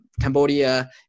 Cambodia